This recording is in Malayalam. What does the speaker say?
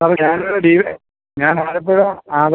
സാറ് ഞാൻ ഡീ വൈ ഞാൻ ആലപ്പുഴ